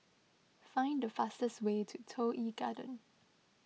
find the fastest way to Toh Yi Garden